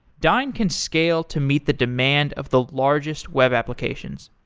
dyn can scale to meet the demand of the largest web applications.